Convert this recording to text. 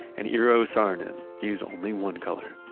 and eero saarinen used only one color.